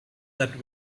that